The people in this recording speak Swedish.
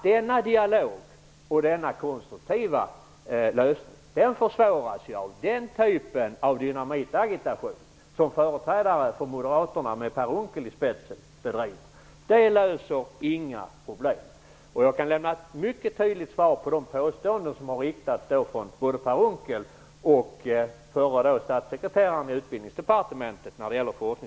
Denna dialog och denna konstruktiva lösning försvåras ju av den typ av dynamitagitation som företrädare för Moderaterna, med Per Unckel i spetsen, bedriver. Den löser inga problem. Jag kan lämna ett mycket tydligt svar vad gäller de påståenden som har riktats både från Per Unckel och den förre statssekreteraren i Utbildningsdepartementet om forskningsstiftelserna.